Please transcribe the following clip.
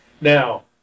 Now